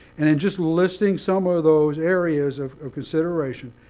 and in just listing some ah of those areas of consideration,